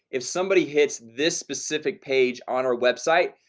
if somebody hits this specific page on our website,